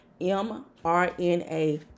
mRNA